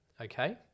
Okay